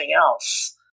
else